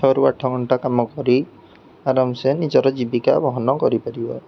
ଛଅରୁ ଆଠ ଘଣ୍ଟା କାମ କରି ଆରାମସେ ନିଜର ଜୀବିକା ବହନ କରିପାରିବ